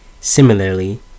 Similarly